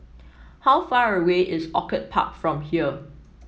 how far away is Orchid Park from here